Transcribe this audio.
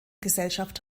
gesellschaft